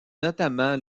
notamment